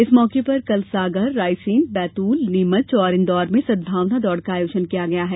इस मौके पर कल सागर रायसेन बैतूल नीमच और इंदौर में सद्भावना दौड़ का आयोजन किया गया है